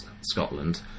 Scotland